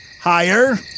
higher